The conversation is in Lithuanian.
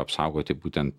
apsaugoti būtent